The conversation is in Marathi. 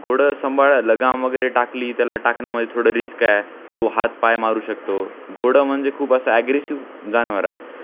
घोडं संभाळा लगाम वगैरे टाकली त्याला टाकण्यामध्ये थोडं रिस्क आहे तो हात पाय मारू शकतो घोडं म्हणजे खूप असं ॲग्रेसिव जानवर आहे